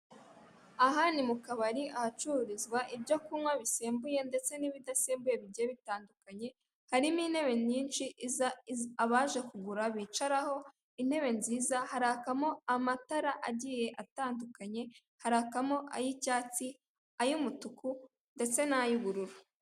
Aha ni mu kabari, ahacururizwa ibyo kunywa bisembuye ndetse n'ibidasembuye bigiye bitandukanye. Harimo intebe nyinshi abaje kugura bicaraho; intebe nziza. Harakamo amatara agiye atandukanye: ay'icyatsi, ay'umutuku ndetse ay'ubururu.